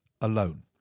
alone